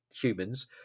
humans